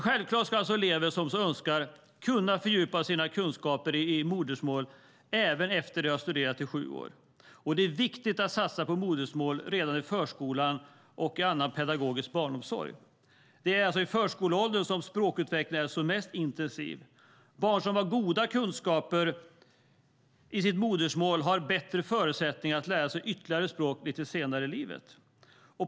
Självklart ska elever som så önskar kunna fördjupa sina kunskaper i modersmålet även efter att ha studerat i sju år. Det är viktigt att satsa på modersmål redan i förskolan och annan pedagogisk barnomsorg. Det är i förskoleåldern som språkutvecklingen är som mest intensiv. Barn som har goda kunskaper i sitt modersmål har bättre förutsättningar att lära sig ytterligare ett språk lite senare i livet.